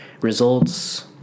results